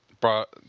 brought